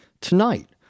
Tonight